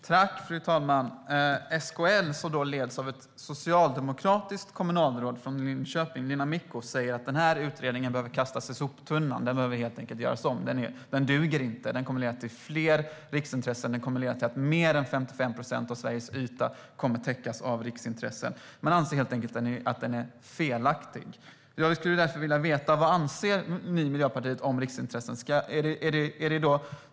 Fru talman! SKL leds av ett socialdemokratiskt kommunalråd från Linköping, Lena Micko. Hon säger att utredningen behöver kastas i soptunnan. Den behöver helt enkelt göras om eftersom den inte duger och kommer att leda till fler riksintressen. Den kommer att leda till att mer än 55 procent av Sveriges yta kommer att täckas av riksintressen. Man anser helt enkelt att den är felaktig. Jag skulle därför vilja veta vad Miljöpartiet anser om riksintressen.